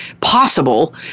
possible